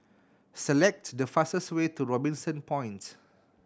select the fastest way to Robinson Point